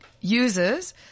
users